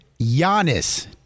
Giannis